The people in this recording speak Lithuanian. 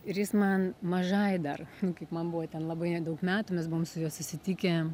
ir jis man mažai dar kaip man buvo ten labai nedaug metų mes buvom su juo susitikę